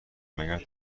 مگر